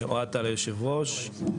אוהד טל, יושב הראש,